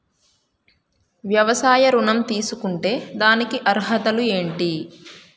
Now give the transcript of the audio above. వ్యవసాయ ఋణం తీసుకుంటే దానికి అర్హతలు ఏంటి?